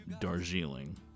Darjeeling